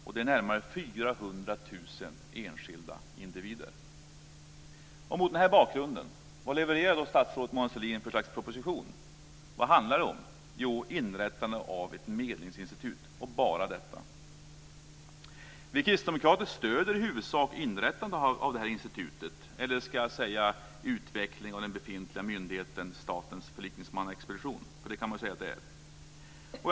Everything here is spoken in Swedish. Det är närmare 400 000 enskilda individer. Mot den här bakgrunden, vad levererar då regeringen och statsrådet Mona Sahlin för slags proposition? Vad handlar den om? Jo, den handlar om inrättande av ett medlingsinstitut, och bara detta. Vi kristdemokrater stöder i huvudsak inrättande av detta institut - eller ska jag hellre säga utveckling av den befintliga myndigheten Statens förlikningsmannaexpedition? Det kan man ju säga att det är.